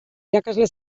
irakasle